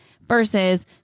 versus